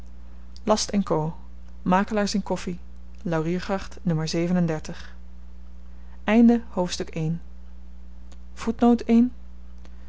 last co makelaars in koffi lauriergracht n hoofdstuk